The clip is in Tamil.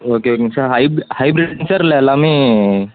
ஓகே ஓகேங்க சார் ஹைப் ஹைபிரிட்ஜா இல்லை எல்லாமே